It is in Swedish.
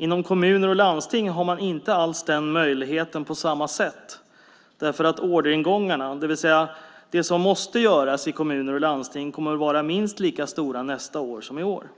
Inom kommuner och landsting har man inte alls den möjligheten på samma sätt, därför att orderingångarna, det vill säga det som måste göras i kommuner och landsting, kommer att vara minst lika stora nästa år som i år.